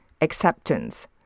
acceptance